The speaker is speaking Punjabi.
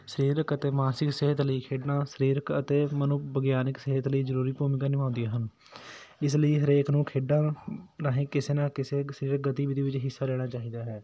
ਸਰੀਰਿਕ ਅਤੇ ਮਾਨਸਿਕ ਸਿਹਤ ਲਈ ਖੇਡਣਾ ਸਰੀਰਕ ਅਤੇ ਮਨੋਵਿਗਿਆਨਿਕ ਸਿਹਤ ਲਈ ਜ਼ਰੂਰੀ ਭੂਮਿਕਾ ਨਿਭਾਉਂਦੀਆਂ ਹਨ ਇਸ ਲਈ ਹਰੇਕ ਨੂੰ ਖੇਡਾਂ ਰਾਹੀਂ ਕਿਸੇ ਨਾ ਕਿਸੇ ਸਰੀਰਿਕ ਗਤੀਵਿਧੀ ਵਿੱਚ ਹਿੱਸਾ ਲੈਣਾ ਚਾਹੀਦਾ ਹੈ